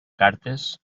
cartes